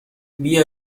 بیا